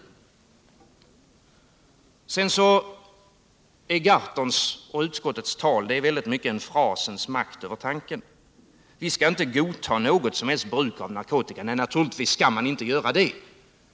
Slutligen är Per Gahrtons och utskottsmajoritetens tal en frasens makt över tanken: Vi skall inte godta något som helst bruk av narkotika. Nej, naturligtvis skall vi inte göra det.